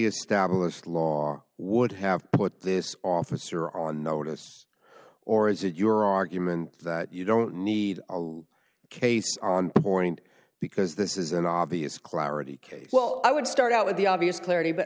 established law would have put this officer on notice or is it your argument that you don't need a little case on point because this is an obvious clarity case well i would start out with the obvious clarity but